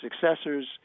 successors